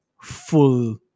full